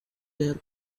their